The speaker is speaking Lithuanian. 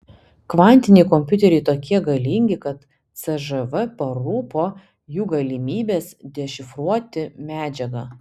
kvantiniai kompiuteriai tokie galingi kad cžv parūpo jų galimybės dešifruoti medžiagą